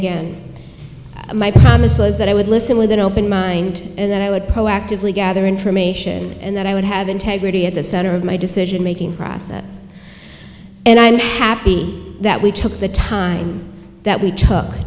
again my promise was that i would listen with an open mind that i would proactively gather information and that i would have integrity at the center of my decision making process and i'm happy that we took the time that we took